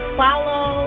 follow